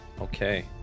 Okay